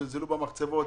זלזלו במחצבות,